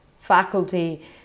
faculty